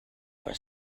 for